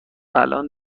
الان